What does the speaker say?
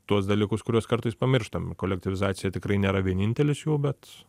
tuos dalykus kuriuos kartais pamirštam kolektyvizacija tikrai nėra vienintelis jų bet